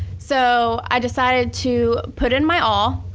so i decided to put in my all.